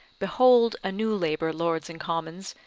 behold a new labour, lords and commons,